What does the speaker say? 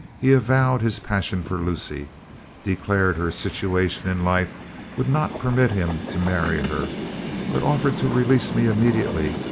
he avowed his passion for lucy declared her situation in life would not permit him to marry her but offered to release me immediately,